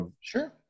sure